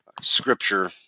Scripture